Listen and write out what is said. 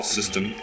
System